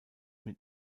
mit